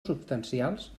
substancials